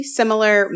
similar